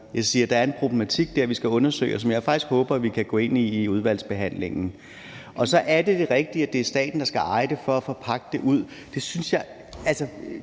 Jeg siger, at der er en problematik dér, som vi skal undersøge, og som jeg faktisk håber at vi kan gå ind i i udvalgsarbejdet. Er det det rigtige, at det er staten, der skal eje det for at forpagte det ud? Den løsning,